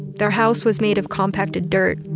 their house was made of compacted dirt,